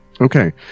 Okay